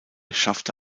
schaffte